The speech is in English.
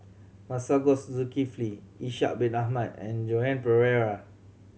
Masagos Zulkifli Ishak Bin Ahmad and Joan Pereira